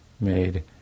made